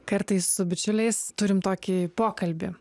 kartais su bičiuliais turim tokį pokalbį